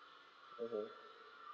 mmhmm